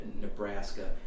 Nebraska